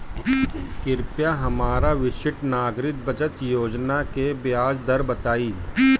कृपया हमरा वरिष्ठ नागरिक बचत योजना के ब्याज दर बताइं